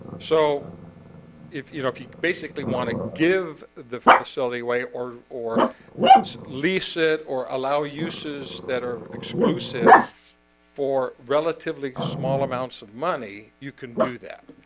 so if you know if you basically want to give the facility way or or lease it or allow uses that are exclusive for relatively small amounts of money you can do that